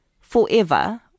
Forever